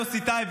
יוסי טייב,